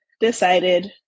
decided